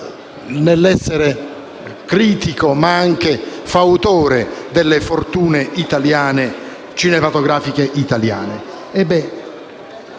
nell’essere critico ma anche fautore delle fortune cinematografiche italiane.